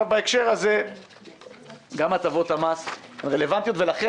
בהקשר הזה גם הטבות המס הן רלוונטיות ולכן